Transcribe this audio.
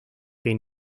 que